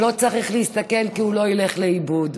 ולא צריך להסתכל, כי הוא לא ילך לאיבוד.